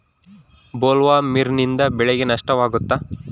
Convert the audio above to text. ಬೊಲ್ವರ್ಮ್ನಿಂದ ಬೆಳೆಗೆ ನಷ್ಟವಾಗುತ್ತ?